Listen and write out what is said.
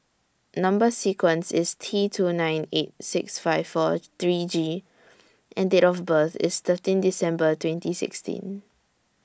Number sequence IS T two nine eight six five four three G and Date of birth IS thirteen December twenty sixteen